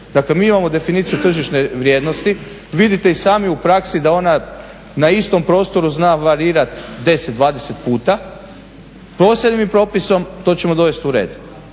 Dakle, mi imamo definiciju tržišne vrijednosti. Vidite i sami u praksi da ona na istom prostoru zna varirati 10, 20 puta, posebnim propisom to ćemo dovesti u red.